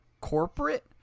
corporate